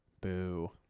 Boo